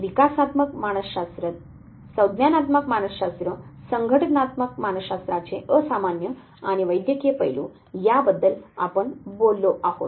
विकासात्मक मानसशास्त्र संज्ञानात्मक मानसशास्त्रसंगठनात्मकl मानसशास्त्राचे असामान्य आणि वैद्यकीय पैलू याबद्दल आपण बोललो आहोत